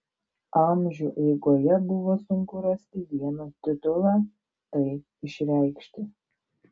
amžių eigoje buvo sunku rasti vieną titulą tai išreikšti